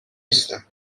نیستن